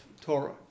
Torah